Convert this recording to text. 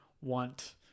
want